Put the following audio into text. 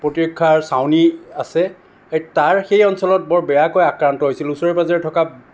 প্ৰতিৰক্ষাৰ চাউনী আছে সেই তাৰ সেই অঞ্চলত বৰ বেয়াকৈ আক্ৰান্ত হৈছিল ওচৰে পাজৰে থকা